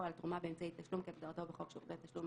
"על תרומה באמצעי תשלום כהגדרתו בחוק שירותי תשלום,